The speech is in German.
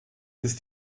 ist